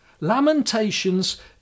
Lamentations